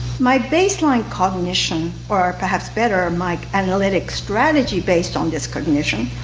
my baseline cognition or perhaps better my analytic strategy based on this cognition,